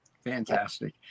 fantastic